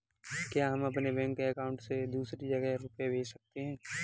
क्या हम अपने बैंक अकाउंट से दूसरी जगह रुपये भेज सकते हैं?